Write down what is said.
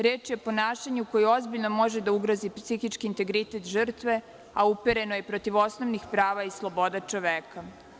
Reč je o ponašanju koje ozbiljno može da ugrozi psihički integritet žrtve, a upereno je protiv osnovnih prava i sloboda čoveka.